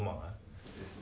turning this thing off